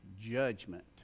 judgment